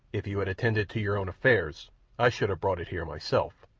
if you had attended to your own affairs i should have brought it here myself.